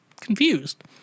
confused